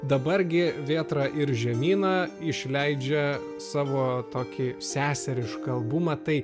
dabar gi vėtra ir žemyna išleidžia savo tokį seserišką albumą tai